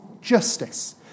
justice